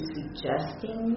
suggesting